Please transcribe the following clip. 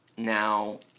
now